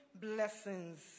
blessings